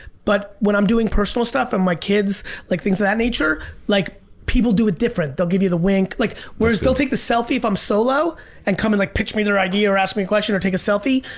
but when i'm doing personal stuff and my kids like things of that nature, like people do it different. they'll give you the wink, like whereas, they'll take the selfie if i'm solo and come in, like pitch me their idea or ask me a question or take a selfie,